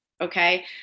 Okay